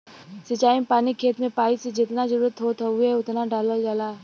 सिंचाई में पानी खेत में पाइप से जेतना जरुरत होत हउवे ओतना डालल जाला